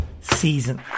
season